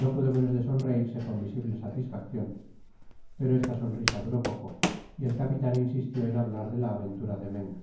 no pudo menos de sonreirse con visible satisfaccion pero esta sonrisa duró poco y el capitan insistió en hablar de la aventura de meung